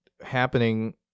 happening